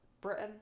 Britain